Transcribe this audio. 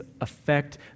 affect